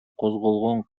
козголгон